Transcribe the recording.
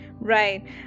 Right